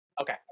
Okay